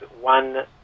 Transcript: one